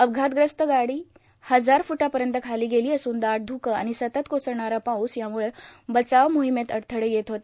अपघातग्रस्त गाडी हजार फ्टापर्यंत खाली गेली असून दाट धुकं आणि सतत कोसळणारा पाऊस यामुळं बचाव मोहिमेत अडथळे येत होते